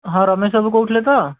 ହଁ ରମେଶ ବାବୁ କହୁଥିଲେ ତ